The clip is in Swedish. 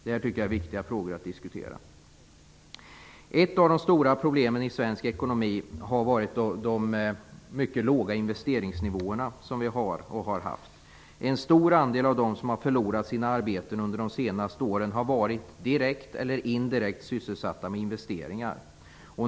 Det här tycker jag är viktiga frågor att diskutera. Ett av de stora problemen i svensk ekonomi är de mycket låga investeringsnivåer vi har och har haft. En stor andel av dem som har förlorat sina arbeten under de senaste åren har varit direkt eller indirekt sysselsatta med investeringar.